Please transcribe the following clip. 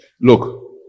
Look